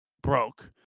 Broke